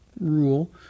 rule